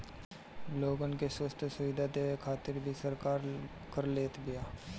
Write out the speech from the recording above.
लोगन के स्वस्थ्य सुविधा देवे खातिर भी सरकार कर लेत बिया